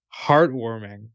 heartwarming